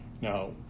Now